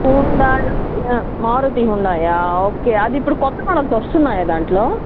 Hyundai Maruti Hyundai ఆ okay అది ఇప్పుడు కొత్త మోడల్స్ వస్తున్నాయా దాంట్లో